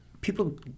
people